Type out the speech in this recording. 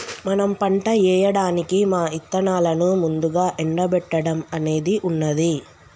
మనం పంట ఏయడానికి మా ఇత్తనాలను ముందుగా ఎండబెట్టడం అనేది ఉన్నది